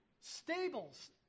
Stables